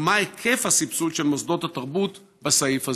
ומה היקף הסבסוד של מוסדות התרבות בסעיף זה?